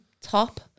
top